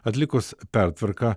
atlikus pertvarką